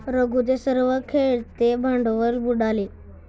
रघूचे सर्व खेळते भांडवल बुडाले